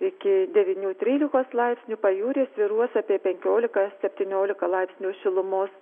iki devynių trylikos laipsnių pajūry svyruos apie penkiolika septyniolika laipsnių šilumos